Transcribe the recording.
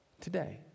today